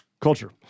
culture